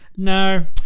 no